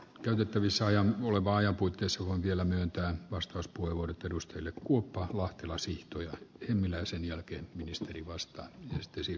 käytettävissä olevaa ja putkisuontiellä myöntävä vastaus pulavuodet edusti yli kuutta lahtelaisista ihminen sen jälkeen ministeri vastaa estyisi